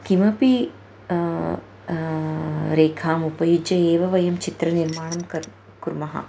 किमपि रेखाम् उपयुज्य एव वयं चित्र निर्माणं कर्तुं कुर्मः